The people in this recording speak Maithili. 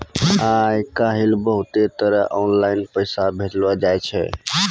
आय काइल बहुते तरह आनलाईन पैसा भेजलो जाय छै